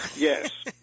Yes